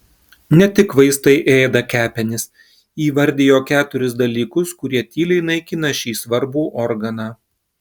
ne tik vaistai ėda kepenis įvardijo keturis dalykus kurie tyliai naikina šį svarbų organą